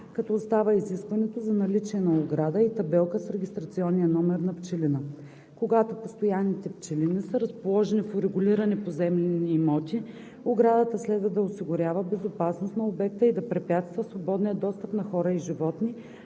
като остава изискването за наличие на ограда и табелка с регистрационния номер на пчелина. Когато постоянните пчелини са разположени в урегулирани поземлени имоти, оградата следва да осигурява безопасност на обекта и да препятства свободния достъп на хора и животни,